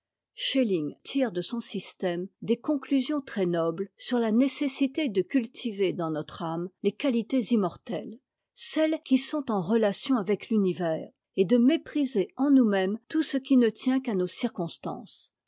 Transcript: schelling tire de son système des conclusions très nobles sur la nécessité de cultiver dans notre âme les quahtés immor telles celles qui sont en relation avec l'univers et de mépriser en nousmêmes tout ce qui ne tient qu'à nos circonstances